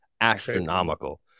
astronomical